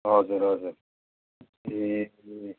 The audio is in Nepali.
हजुर हजुर ए ए